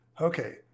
okay